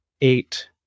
eight